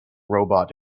robot